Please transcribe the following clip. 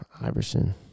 Iverson